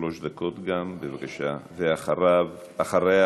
גם שלוש דקות, בבקשה, ואחריה